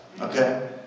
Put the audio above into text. okay